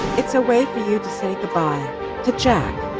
it's a way for you to say goodbye to jack.